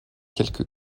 quelque